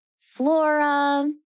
Flora